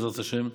בעזרת השם.